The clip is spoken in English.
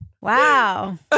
Wow